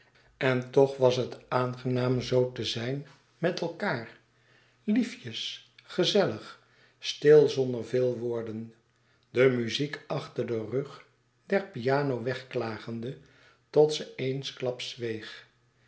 en toch was het aangenaam zoo te zijn met elkaâr liefjes gezellig stil zonder veel woorden de muziek achter den rug der piano wegklagende tot ze eensklaps zweeg